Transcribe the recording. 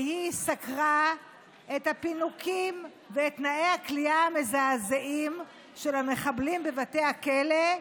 סקרה את הפינוקים ואת תנאי הכליאה המזעזעים של המחבלים בבתי הכלא.